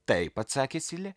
taip atsakė silė